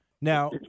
Now